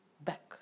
back